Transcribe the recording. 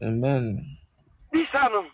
Amen